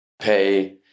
pay